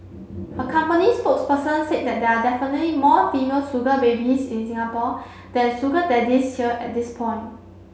a company spokesperson said they there are definitely more female sugar babies in Singapore than sugar daddies here at this point